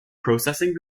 processing